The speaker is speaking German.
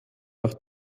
auch